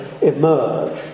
emerge